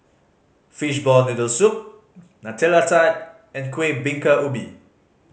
fishball noodle soup Nutella Tart and Kueh Bingka Ubi